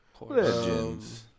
Legends